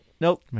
Nope